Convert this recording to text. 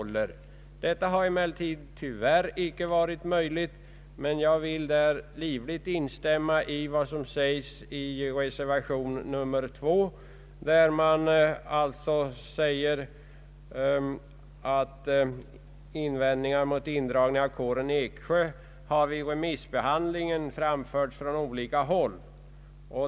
Detta har emellertid inte varit möjligt, men jag vill livligt instämma i vad som anförts i reservationen, där det sägs på följande sätt: ”Invändningar mot indragningen av kåren i Eksjö har vid remissbehandlingen framförts från olika håll.